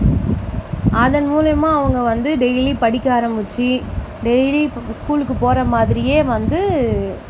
அதன் மூலயமா அவங்க வந்து டெயிலி படிக்க ஆரமிச்சு டெயிலி ஸ்கூலுக்கு போகிற மாதிரியே வந்து